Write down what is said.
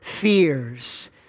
fears